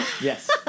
Yes